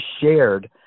shared